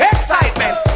Excitement